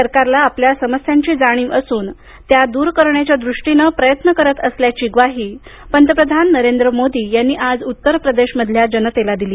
सरकारला आपल्या समस्यांची जाणीव असून त्या दूर करण्याच्या दृष्टीने प्रयत्न करत असल्याची ग्वाही पंतप्रधान नरेंद्र मोदी यांनी आज उत्तरप्रदेशमधील जनतेला दिली